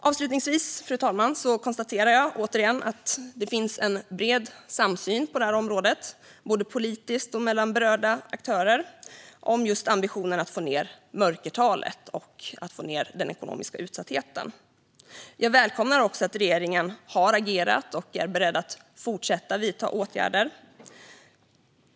Avslutningsvis, fru talman, konstaterar jag återigen att det finns en bred samsyn på området, både politiskt och mellan berörda aktörer, om ambitionen att få ned mörkertalet och minska den ekonomiska utsattheten. Jag välkomnar att regeringen har agerat och att den är beredd att fortsätta att vidta åtgärder.